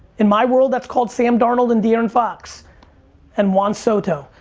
in my world, that's called sam darnold and de'aaron fox and juan soto.